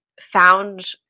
found